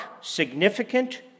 significant